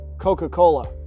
coca-cola